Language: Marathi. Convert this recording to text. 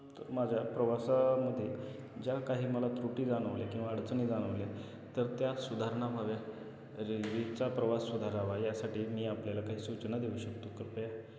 तर माझ्या प्रवासामध्ये ज्या काही मला त्रुटी जाणवल्या किंवा अडचणी जाणवल्या तर त्या सुधारणा व्हाव्या रेल्वेच्या प्रवास सुधारावा यासाठी मी आपल्याला काही सूचना देऊ शकतो कृपया